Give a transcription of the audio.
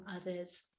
others